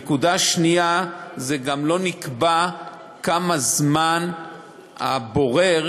נקודה שנייה, גם לא נקבע כמה זמן הבורר